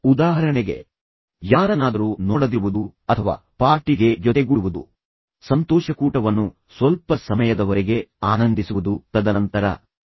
ಉದಾಹರಣೆಗೆ ಯಾರನ್ನಾದರೂ ನೋಡದಿರುವುದು ಅಥವಾ ಒಂದು ಚಟುವಟಿಕೆಯನ್ನು ಮಾಡಲು ಪ್ರಯತ್ನಿಸದಿರುವುದು ನೀವು ಮಾಡುವ ಕೆಲಸವೆಂದರೆ ಪಾರ್ಟಿ ಗೆ ಜೊತೆಗೂಡುವುದು ಸಂತೋಷಕೂಟವನ್ನು ಸ್ವಲ್ಪ ಸಮಯದವರೆಗೆ ಆನಂದಿಸುವುದು ಅದು ಹುಟ್ಟುಹಬ್ಬದ ಸಂತೋಷಕೂಟ